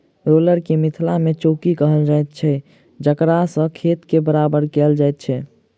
roller के मिथिला मे चौकी कहल जाइत छै जकरासँ खेत के बराबर कयल जाइत छै